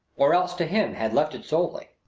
or else to him had left it solely.